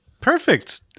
perfect